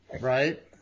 Right